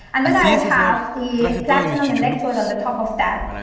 and then i have the platinum electrode on the top of that.